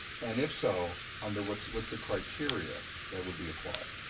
and if so, under what's what's the criteria that would be applied?